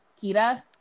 kita